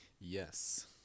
Yes